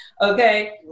Okay